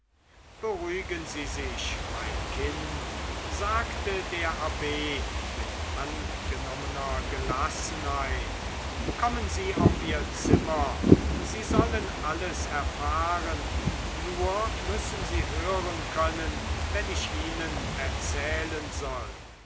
beruhigen sie sich mein kind sagte der abb mit angenommener gelassenheit kommen sie auf ihr zimmer sie sollen alles erfahren nur müssen sie hören können wenn ich ihnen erzählen soll